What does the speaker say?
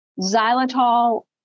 Xylitol